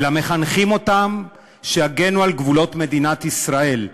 אלא מחנכים אותם שיגנו על גבולות מדינת ישראל,